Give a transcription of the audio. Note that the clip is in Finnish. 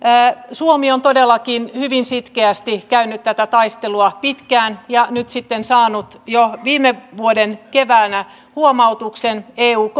suomi on todellakin hyvin sitkeästi käynyt tätä taistelua pitkään ja nyt sitten saanut jo viime vuoden keväänä huomautuksen eu